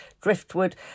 driftwood